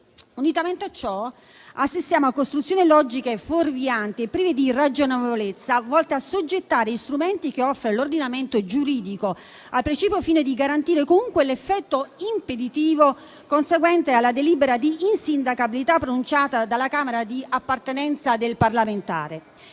Unitamente a ciò, assistiamo a costruzioni logiche fuorvianti e prive di ragionevolezza, volte ad assoggettare gli strumenti che offre l'ordinamento giuridico al precipuo fine di garantire comunque l'effetto impeditivo conseguente alla delibera di insindacabilità pronunciata dalla Camera di appartenenza del parlamentare.